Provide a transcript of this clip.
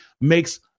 makes